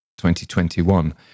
2021